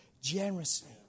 generously